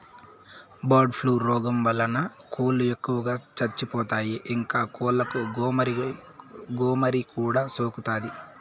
bird flu రోగం వలన కోళ్ళు ఎక్కువగా చచ్చిపోతాయి, ఇంకా కోళ్ళకు గోమారి కూడా సోకుతాది